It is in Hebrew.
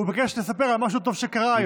הוא ביקש לספר על משהו טוב שקרה היום.